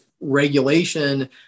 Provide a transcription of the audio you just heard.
regulation